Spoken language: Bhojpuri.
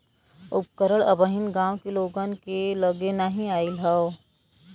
उपकरण अबहिन गांव के लोग के लगे नाहि आईल हौ